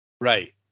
right